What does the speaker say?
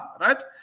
right